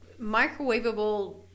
microwavable